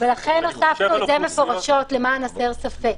ולכן הוספנו את זה מפורשות, למען הסר ספק.